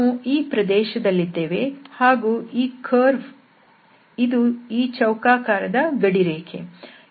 ನಾವು ಈ ಪ್ರದೇಶದಲ್ಲಿದ್ದೇವೆ ಹಾಗೂ ಈ ಕರ್ವ್ ಇದು ಈ ಚೌಕಾಕಾರದ ಗಡಿರೇಖೆ